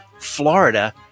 Florida